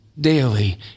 daily